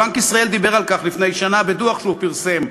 בנק ישראל דיבר על כך לפני שנה בדוח שהוא פרסם,